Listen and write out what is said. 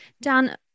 Dan